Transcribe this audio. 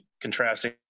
contrasting